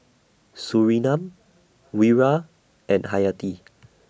Surinam Wira and Hayati